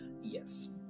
Yes